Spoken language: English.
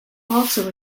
also